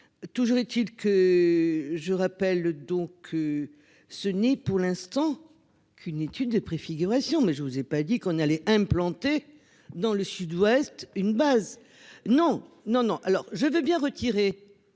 Toujours est-il que je rappelle donc. Ce n'est pour l'instant qu'une étude de préfiguration mais je vous ai pas dit qu'on allait implanter dans le Sud-Ouest, une base. Non non non alors je veux bien retirer.